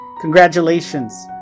Congratulations